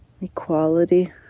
Equality